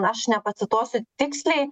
aš nepacituosiu tiksliai